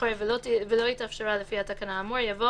אחרי "ולא התאפשרה לפי התקנה האמור" יבוא